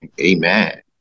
Amen